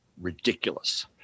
ridiculous